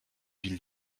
ville